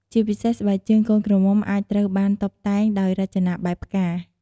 ជាពិសេសស្បែកជើងកូនក្រមុំអាចត្រូវបានតុបតែងដោយរចនាបែបផ្កា។